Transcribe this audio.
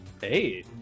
Hey